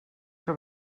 que